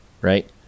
right